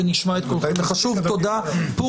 ולא להחזיר אותנו לאחור במגמה החשובה של השנים האחרונות,